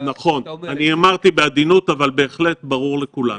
נכון, אני אמרתי בעדינות, אבל בהחלט ברור לכולנו.